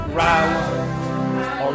round